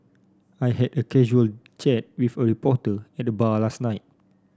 I had a casual chat with a reporter at the bar last night